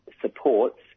supports